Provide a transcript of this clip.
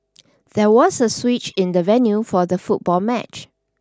there was a switch in the venue for the football match